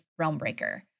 Realmbreaker